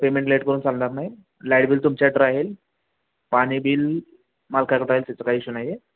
payment late करून चालणार नाही लाईट बिल तुमच्याकडं राहील पाणी बिल मालकाकडं राहील त्याचं काही इशू नाही आहे